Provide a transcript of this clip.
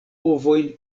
ovojn